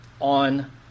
on